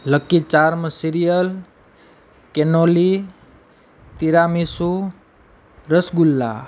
lucky charm cereal cannoli tiramisu rasgulla